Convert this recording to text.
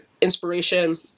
inspiration